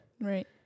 Right